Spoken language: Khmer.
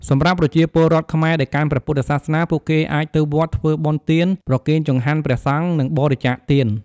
សម្រាប់ប្រជាពលរដ្ឋខ្មែរដែលកាន់ព្រះពុទ្ធសាសនា ពួកគេអាចទៅវត្តធ្វើបុណ្យទាន ប្រគេនចង្ហាន់ព្រះសង្ឃ និងបរិច្ចាគទាន។